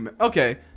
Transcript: okay